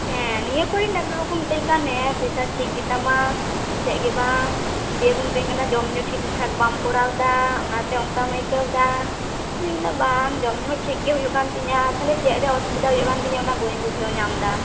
ᱦᱮᱸ ᱱᱤᱭᱚ ᱠᱚᱨᱮᱱ ᱰᱟᱠᱴᱟᱨ ᱠᱚᱠᱚ ᱢᱮᱛᱟᱧ ᱠᱟᱱ ᱦᱮᱸ ᱯᱮᱥᱟᱨ ᱴᱷᱤᱠ ᱜᱮ ᱛᱟᱢᱟ ᱪᱮᱫ ᱜᱮ ᱵᱟᱝ ᱫᱤᱭᱮᱠᱚ ᱢᱮᱛᱟᱧ ᱠᱟᱱᱟ ᱡᱚᱢ ᱧᱩ ᱴᱷᱤᱠ ᱴᱷᱟᱠ ᱵᱟᱢ ᱠᱚᱨᱟᱣᱮᱫᱟ ᱚᱱᱟᱛᱮ ᱚᱱᱠᱟᱢ ᱟᱹᱠᱟᱹᱣᱮᱫᱟ ᱵᱟᱝ ᱡᱚᱢ ᱧᱩ ᱦᱚ ᱴᱷᱤᱠ ᱜᱮ ᱦᱩᱭᱩᱜ ᱠᱟᱱ ᱛᱤᱧᱟᱹ ᱛᱟᱦᱚᱞᱮ ᱪᱮᱫ ᱨᱮ ᱚᱥᱩᱵᱤᱫᱟ ᱦᱩᱭᱩᱜ ᱠᱟᱱ ᱛᱤᱧᱟᱹ ᱚᱱᱟ ᱵᱟᱹᱧ ᱵᱩᱡᱷᱟᱹᱣ ᱧᱟᱢᱮᱫᱟ